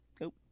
Nope